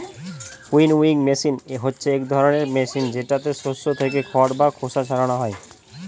winnowing machine হচ্ছে এক ধরনের মেশিন যেটাতে শস্য থেকে খড় বা খোসা ছারানো হয়